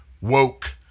woke